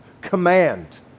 command